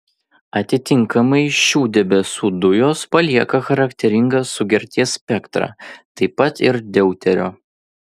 atitinkamai šių debesų dujos palieka charakteringą sugerties spektrą taip pat ir deuterio